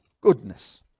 goodness